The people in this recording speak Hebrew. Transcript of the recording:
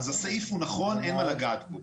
הסעיף הוא נכון ואין לגעת בו.